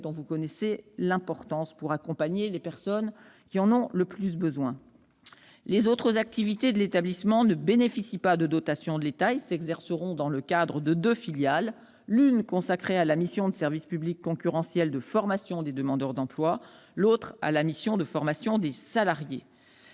dont vous connaissez l'importance, afin d'accompagner les personnes qui en ont le plus besoin. Les autres activités de l'établissement ne bénéficieront pas de dotations de l'État et s'exerceront dans le cadre de deux filiales : l'une consacrée à la mission de service public concurrentiel de formation des demandeurs d'emploi ; l'autre, à la mission de formation des salariés.